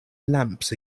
lamps